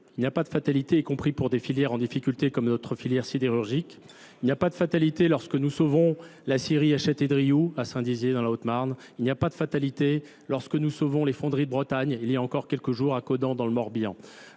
Il n'y a pas de fatalité, y compris pour des filières en difficulté comme notre filière sidérurgique. Il n'y a pas de fatalité lorsque nous sauvons la Syrie à Châtilly-Driou, à Saint-Dizier dans la Haute-Marne. Il n'y a pas de fatalité lorsque nous sauvons les fonderies de Bretagne, il y a encore quelques jours à Caudan dans le Morbihan.